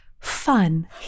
fun